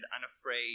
unafraid